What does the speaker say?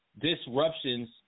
disruptions